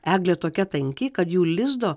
eglė tokia tanki kad jų lizdo